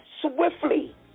swiftly